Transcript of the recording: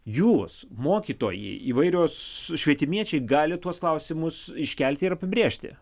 jūs mokytojai įvairios švietimiečiai gali tuos klausimus iškelti ir apibrėžti